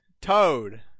Toad